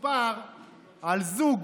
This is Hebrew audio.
מסופר על זוג